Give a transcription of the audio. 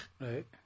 right